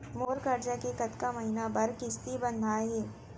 मोर करजा के कतका महीना बर किस्ती बंधाये हे?